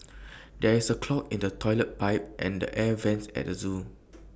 there is A clog in the Toilet Pipe and the air Vents at the Zoo